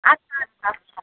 আচ্ছা আচ্ছা আচ্ছা